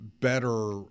better